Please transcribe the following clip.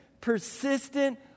persistent